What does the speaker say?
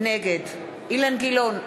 נגד אילן גילאון,